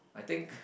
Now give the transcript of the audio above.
I think